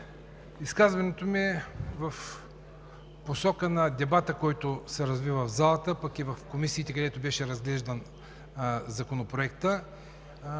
Изказването ми е в посока на дебата, който се разви в залата, пък и в комисиите, където беше разглеждан Законопроектът.